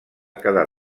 quedar